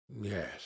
Yes